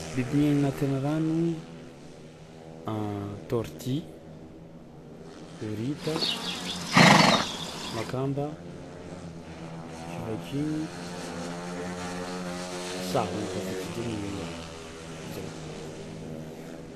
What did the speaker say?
Biby miaigny agnatiny rano taorty, horita, makamba, tsivakigny, sahogno koa fa tsy de mi ya zay.